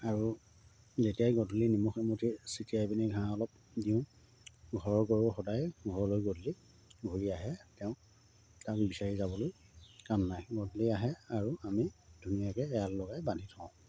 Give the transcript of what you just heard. আৰু যেতিয়াই গধূলি নিমখ এমুঠি ছিটিয়াই পিনি ঘাঁহ অলপ দিওঁ ঘৰৰ গৰু সদায় ঘৰলৈ গধূলি ঘূৰি আহে তেওঁ তাক বিচাৰি যাবলৈ কাম নাই গধূলি আহে আৰু আমি ধুনীয়াকৈ এৰাল লগাই বান্ধি থওঁ